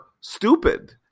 stupid